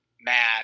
mad